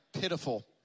pitiful